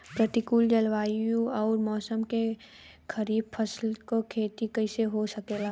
प्रतिकूल जलवायु अउर मौसम में खरीफ फसलों क खेती कइसे हो सकेला?